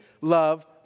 love